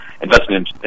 investment